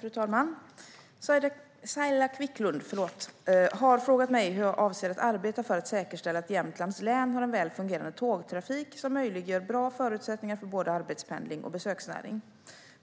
Fru talman! Saila Quicklund har frågat mig hur jag avser att arbeta för att säkerställa att Jämtlands län har en väl fungerande tågtrafik som möjliggör bra förutsättningar för både arbetspendling och besöksnäring.